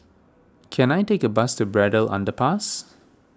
can I take a bus to Braddell Underpass